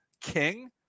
King